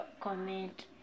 comment